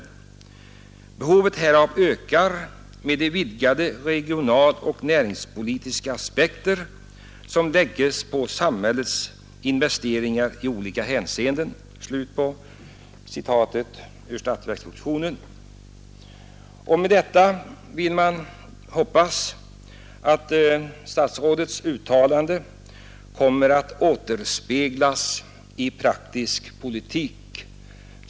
Behovet härav ökar med de vidgade regionaloch näringspolitiska aspekter, som läggs på samhällets investeringar i olika hänseenden.” Med detta vill man hoppas att statsrådets uttalande kommer att återspeglas i praktisk politik.